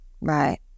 Right